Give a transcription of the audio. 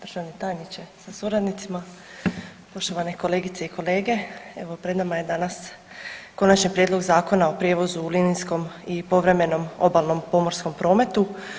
Poštovani tajniče sa suradnicima, poštovane kolegice i kolege evo pred nama je danas Konačni prijedlog Zakona o prijevozu u linijskom i povremenom obalnom pomorskom prometu.